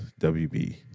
WB